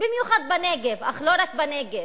במיוחד בנגב, אך לא רק בנגב.